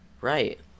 right